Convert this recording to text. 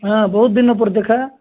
ହଁ ବହୁତ ଦିନ ପରେ ଦେଖା